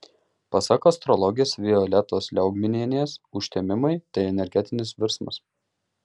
pasak astrologės violetos liaugminienės užtemimai tai energetinis virsmas